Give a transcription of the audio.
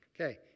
Okay